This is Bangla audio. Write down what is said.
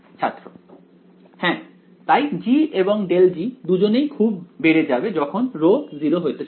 ছাত্র হ্যাঁ তাই g এবং ∇g দুজনই খুব বেড়ে যাবে যখন ρ → 0